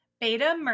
Beta